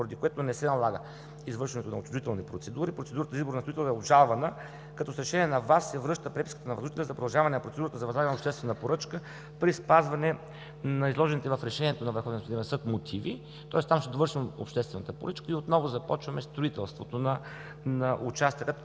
поради което не се налага извършването на отчуждителни процедури. Процедурата за избор на строител е обжалвана, като с решение на ВАС се връща преписката на възложителя за продължаване на процедурата за възлагане на обществена поръчка при спазване на изложените в решението на ВАС мотиви, тоест там се довършва обществената поръчка и отново започваме строителството на участъка от